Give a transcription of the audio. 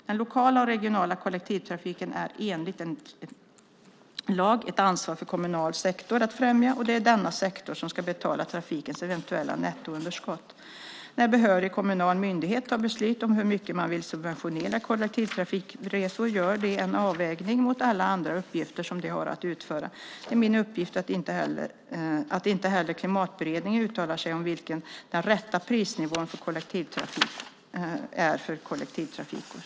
Den lokala och regionala kollektivtrafiken är enligt lag ett ansvar för kommunal sektor att främja, och det är denna sektor som ska betala trafikens eventuella nettounderskott. När behörig kommunal myndighet tar beslut om hur mycket man vill subventionera kollektivtrafikresor gör de en avvägning mot alla andra uppgifter som de har att utföra. Det är min uppfattning att inte heller Klimatberedningen uttalar sig om vilken den rätta prisnivån är för kollektivtrafikresor.